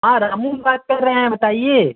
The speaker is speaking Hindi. हाँ रामू बात कर रहे हैं बताइए